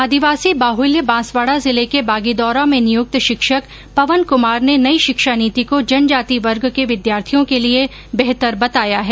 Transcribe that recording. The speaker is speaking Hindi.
आदिवासी बाहुल्य बांसवाड़ा जिले के बागीदौरा में नियुक्त शिक्षक पवन कुमार ने नई शिक्षा नीति को जनजाति वर्ग के विद्यार्थियों के लिए बेहतर बताया है